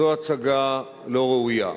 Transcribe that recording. זו הצגה לא ראויה,